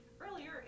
earlier